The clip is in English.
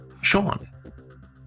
Sean